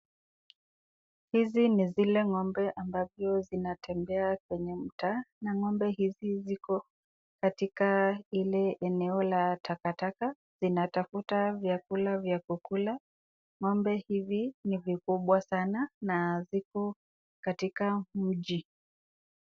Hizi ni zile ngombe ambazo zinatembea kwenye mtaa na ngombe hizi ziko katika ile eneo la takataka zinatafuta vykula vya kukula. Ngombe hizi ni vikubwa sana na ziko katika mji.